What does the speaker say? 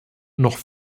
noch